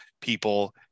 people